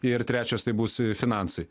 ir trečias tai būs finansai